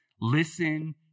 listen